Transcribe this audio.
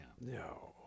No